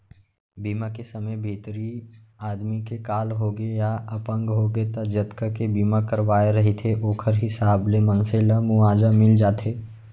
बीमा के समे भितरी आदमी के काल होगे या अपंग होगे त जतका के बीमा करवाए रहिथे ओखर हिसाब ले मनसे ल मुवाजा मिल जाथे